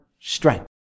strength